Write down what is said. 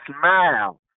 smile